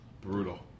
brutal